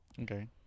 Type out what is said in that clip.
okay